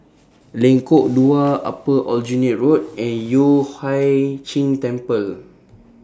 Lengkok Dua Upper Aljunied Road and Yueh Hai Ching Temple